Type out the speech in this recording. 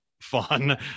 fun